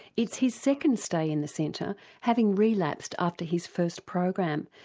it's his second stay in the centre having relapsed after his first program,